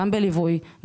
גם בליווי,